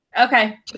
Okay